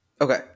Okay